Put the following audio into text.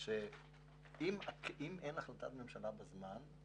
אם אין החלטת ממשלה בזמן,